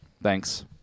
Thanks